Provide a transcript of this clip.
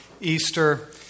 Easter